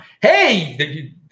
hey